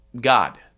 God